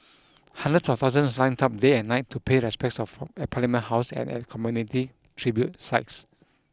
hundreds of thousands lined up day and night to pay respects of at Parliament House and at community tribute sites